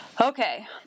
Okay